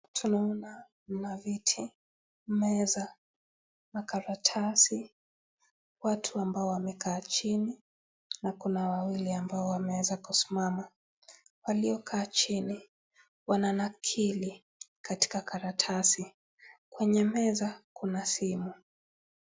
Tunaona mna viti meza na karatasi watu ambao wamekaa chini na kuna wawili ambao wameweza kusimama . Waliokaa chini wananakili katika karatasi , kwenye meza kuna simu.